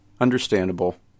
understandable